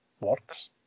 works